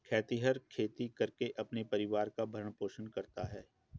खेतिहर खेती करके अपने परिवार का भरण पोषण करता है